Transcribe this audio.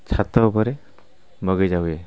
ଛାତ ଉପରେ ବଗିଚା ହୁଏ